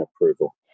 approval